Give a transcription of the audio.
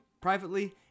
privately